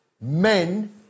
men